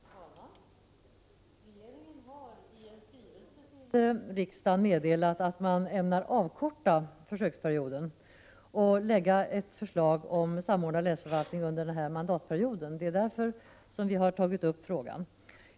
Herr talman! Regeringen har i en skrivelse till riksdagen meddelat att man ämnar avkorta försöksperioden och lägga fram ett förslag om samordnad länsförvaltning under den här mandatperioden. Det är därför vi har tagit upp frågan.